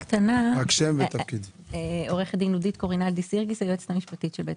אני היועצת המשפטית של בית